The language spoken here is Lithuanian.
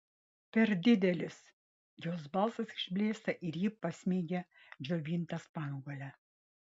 per didelis jos balsas išblėsta ir ji pasmeigia džiovintą spanguolę